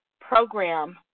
program